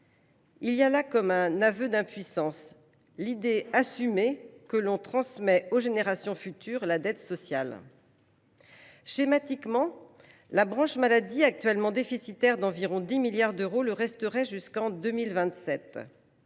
Il y a là comme un aveu d’impuissance, l’idée assumée que l’on transmet notre dette sociale aux générations futures. Schématiquement, la branche maladie, actuellement déficitaire d’environ 10 milliards d’euros, le resterait jusqu’en 2027.